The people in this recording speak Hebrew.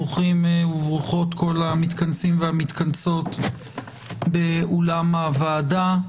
ברוכים וברוכות כל המתכנסים והמתכנסות באולם הוועדה.